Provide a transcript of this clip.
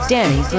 Danny